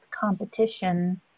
competition